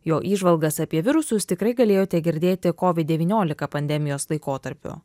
jo įžvalgas apie virusus tikrai galėjote girdėti kovid devyniolika pandemijos laikotarpiu